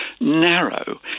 narrow